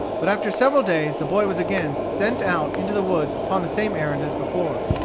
but after several days, the boy was again sent out into the woods upon the same errand as before.